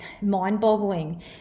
mind-boggling